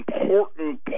important